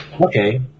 Okay